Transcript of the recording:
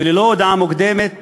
ללא הודעה מוקדמת,